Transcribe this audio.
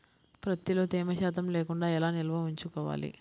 ప్రత్తిలో తేమ శాతం లేకుండా ఎలా నిల్వ ఉంచుకోవాలి?